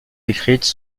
décrites